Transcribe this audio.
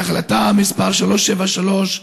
בהחלטה מס' 373,